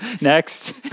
Next